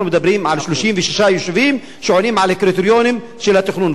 אנחנו מדברים על 36 יישובים שעונים על הקריטריונים של התכנון.